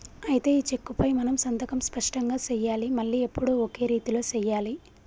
అయితే ఈ చెక్కుపై మనం సంతకం స్పష్టంగా సెయ్యాలి మళ్లీ ఎప్పుడు ఒకే రీతిలో సెయ్యాలి